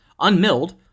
unmilled